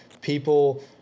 people